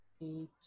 Eight